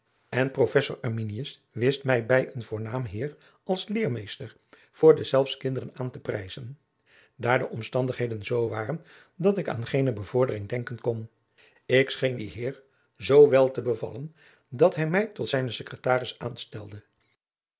en professor arminius wist mij bij een voornaam heer als leermeester voor deszelfs kinderen aan te prijzen daar de omstandigheden zoo waren dat ik aan geene bevordering denken kon ik scheen dien heer zoowel te bevallen dat hij mij tot zijnen secretaris aanstelde